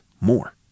more